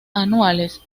anuales